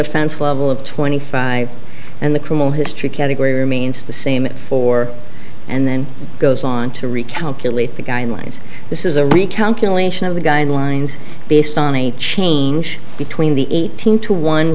offense level of twenty five and the criminal history category remains the same at four and then goes on to recalculate the guidelines this is a recount of the guidelines based on a change between the eighteen to one